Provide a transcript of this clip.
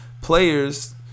players